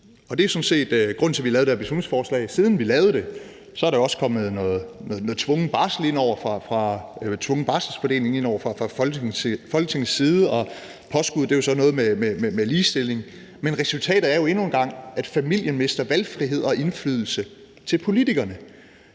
og det er sådan set grunden til, at vi har lavet det her beslutningsforslag, og siden vi lavede det, er der også kommet noget tvunget barselsfordeling indover fra Folketingets side, og påskuddet er jo så noget med ligestilling. Men resultatet er jo endnu en gang, at familien mister valgfrihed og indflydelse til politikerne,